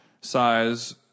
size